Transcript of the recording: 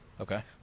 Okay